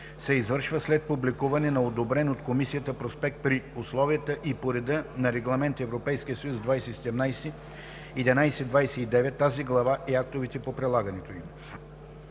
се извършва след публикуване на одобрен от комисията проспект при условията и по реда на Регламент (ЕС) 2017/1129, тази глава и актовете по прилагането им.